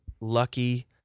lucky